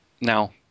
Now